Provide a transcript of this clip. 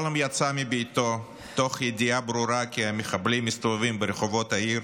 שלום יצא מביתו תוך ידיעה ברורה כי המחבלים מסתובבים ברחובות העיר